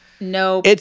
no